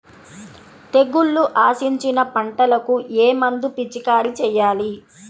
తెగుళ్లు ఆశించిన పంటలకు ఏ మందు పిచికారీ చేయాలి?